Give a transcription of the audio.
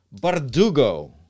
Bardugo